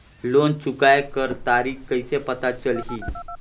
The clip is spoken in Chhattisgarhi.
लोन चुकाय कर तारीक कइसे पता चलही?